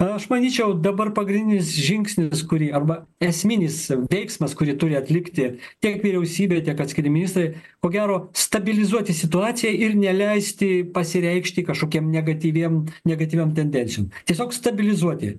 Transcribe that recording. aš manyčiau dabar pagrindinis žingsnis kurį arba esminis veiksmas kurį turi atlikti tiek vyriausybė tiek atskiri miestai ko gero stabilizuoti situaciją ir neleisti pasireikšti kažkokiem negatyviem negatyviom tendencijom tiesiog stabilizuoti